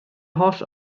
holl